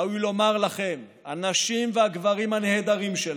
ראוי לומר לכם, הנשים והגברים הנהדרים שלנו,